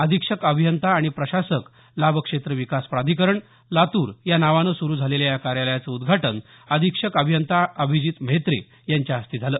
अधीक्षक अभियंता आणि प्रशासक लाभक्षेत्र विकास प्राधिकरण लातूर या नावाने सुरु झालेल्या या कार्यालयाचं उद्घाटन अधीक्षक अभियंता अभिजीत म्हेत्रे यांच्या हस्ते झालं